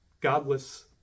godless